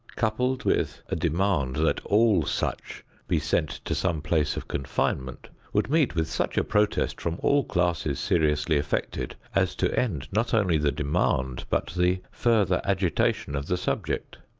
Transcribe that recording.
coupled with a demand that all such be sent to some place of confinement, would meet with such a protest from all classes seriously affected as to end not only the demand but the further agitation of the subject.